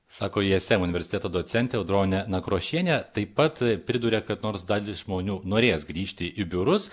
sako ism universiteto docentė audronė nakrošienė taip pat priduria kad nors dalis žmonių norės grįžti į biurus